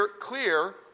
clear